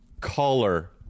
color